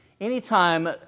Anytime